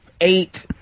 eight